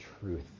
truth